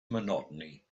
monotony